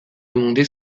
demandé